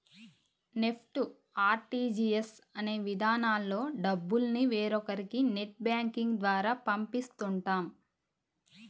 NEFT, RTGS అనే విధానాల్లో డబ్బుల్ని వేరొకరికి నెట్ బ్యాంకింగ్ ద్వారా పంపిస్తుంటాం